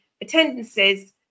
attendances